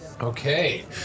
Okay